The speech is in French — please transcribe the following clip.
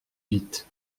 vite